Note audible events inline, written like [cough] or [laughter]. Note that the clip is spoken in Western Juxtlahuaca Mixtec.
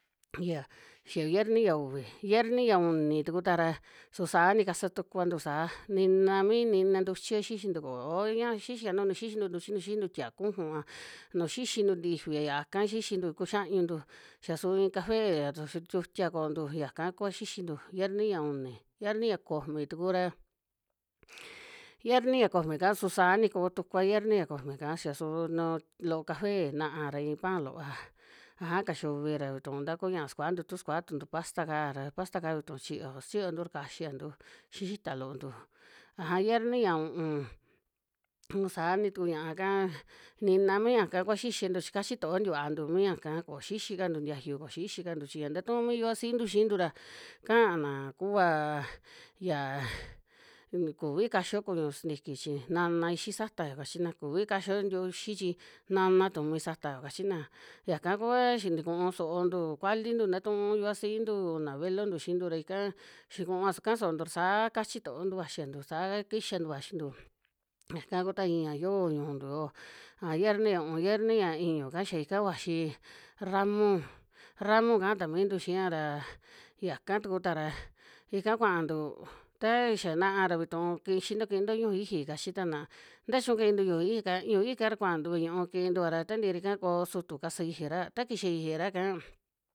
Ya xia yierni ya uvi, yierni ya uni tuku ta ra su saa ni kasa tukuantu saa nina mi, nina ntuchia xixintu koo ña xianuntu [unintelligible] xixintu ntuchi nu xixintu tia'a kujuva, nu xixintu ntifia yaka xixintu ku xiañuntu, xa suu in caféa tu su tiutia koontu yaka kua xixintu yierni ya uni, yierni ya komi tuku ra, [noise] yierni ya komi'ka su saa ni ko tukua yierni ya komi'ka, xa suu nu loo café na'a ra iin pan loova, aja kaxiuvi ra vituu nta ku ñaa sukantu, tu sukua tuntu pasta'ka ra, pasta'ka vitu chiyo sichiyontu ra kaxiantu xii xita loontu, aja yierni ya u'un saa ni tuku ñaaka, nina mi ñaaka kua xixiantu chi kachi to'o tikuantu miaka ko xixikantu tiayu, ko xixikantu chi ya nta tu'u mi yovasintu xiintu ra, ka'ana kuaa yiaa un kuvi kaxio kuñu sintiki chi naana ixi satao kachina, kuvi kaxio ntiuxi chi naana tumi satao kachina, yaka kua xi tukuun soontu kualintu nta tu'u yuvasintu, na velontu xiintu ra ika xikua soontu ra saa kachi toontu vaxiantu, saa kixantu vaxintu, [noise] yaka ku ta iia yoo ñu'untu yo, aja yierni ya u'un, yierni ya iñu'ka ya ika vaxi ramo, ramo kaa ta mintu xiaa ra yaka tuku ta ra ika kuantu, ta xia na'a vituu kixinto kiinto ñuju iji kachi tana, nta chiñu kiintu ñuju iji'ka, ñuju iji'ka ra kuantu ve'e ñùu kintua ra ta tii ra ika koo sutu kasa ijira, ta kixa ijira ka.